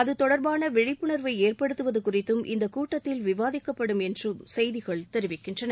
அது தொடர்பான விழிப்புணர்வை ஏற்படுத்துவது குறித்தும் இந்த கூட்டத்தில் விவாதிக்கப்படும் என்றும் செய்திகள் தெரிவிக்கின்றன